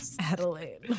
Adelaide